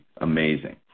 amazing